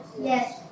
Yes